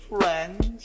friends